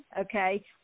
okay